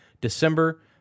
December